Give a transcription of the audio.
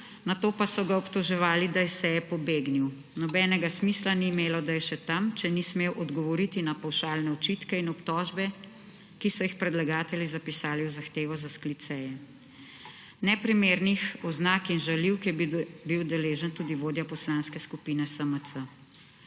nato pa so ga obtoževali, da je s seje pobegnil. Nobenega smisla ni imelo, da je še tem, če ni smel odgovoriti na pavšalne očitke in obtožbe, ki so jih predlagatelji zapisali v zahtevo za sklic seje. Neprimernih oznak in žaljivk je bil deležen tudi vodja Poslanske skupine SMC.